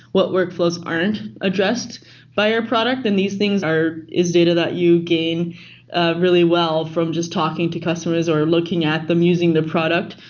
what workflows aren't addressed by our product? and these things are is data that you gain really well from just talking to customers or looking at them using their product.